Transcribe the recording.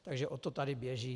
Takže o to tady běží.